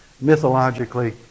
mythologically